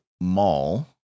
mall